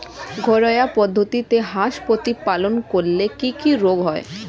ঘরোয়া পদ্ধতিতে হাঁস প্রতিপালন করলে কি কি রোগ হয়?